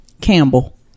Campbell